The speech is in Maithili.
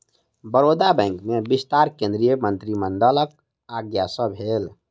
बड़ौदा बैंक में विस्तार केंद्रीय मंत्रिमंडलक आज्ञा सँ भेल